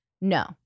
No